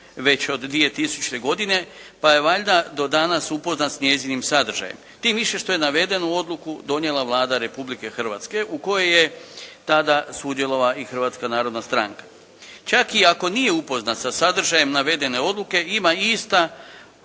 već od 2000. godine pa je valjda do danas upoznat s njezinim sadržajem, tim više što je navedenu odluku donijela Vlada Republike Hrvatske u kojoj je tada sudjelovala i Hrvatska narodna stranka. Čak i ako nije upoznat sa sadržajem navedene odluke ista